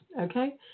Okay